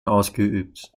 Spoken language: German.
ausgeübt